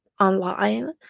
online